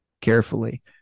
carefully